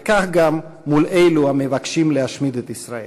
וכך גם מול אלו המבקשים להשמיד את ישראל.